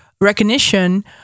recognition